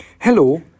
Hello